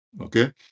okay